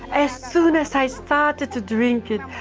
as soon as i started to drink it,